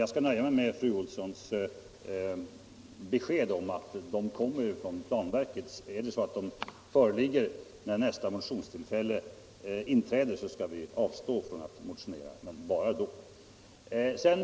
Jag skall dock nöja mig med fru Olssons besked att sådana normer kommer att utfärdas från planverket. Om de föreligger vid nästa motionstillfälle, skall vi avstå från att motionera — men bara om så är fallet.